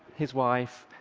his wife,